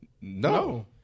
No